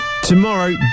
Tomorrow